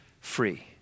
free